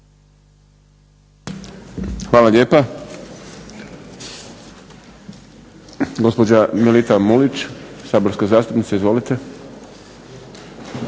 Hvala lijepa. Gospođa Melita Mulić saborska zastupnica. Izvolite.